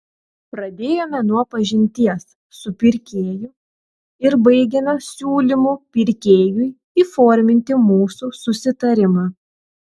pradėjome nuo pažinties su pirkėju ir baigėme siūlymu pirkėjui įforminti mūsų susitarimą